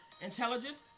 intelligence